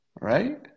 right